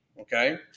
Okay